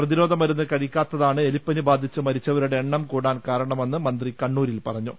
പ്രതിരോധ മരുന്ന് കഴിക്കാത്തതാണ് എലിപ്പനി ബാധിച്ച് മരിച്ചവരുടെ എണ്ണം കൂടാൻ കാരണമെന്ന് മന്ത്രി കണ്ണൂരിൽ പറ ഞ്ഞു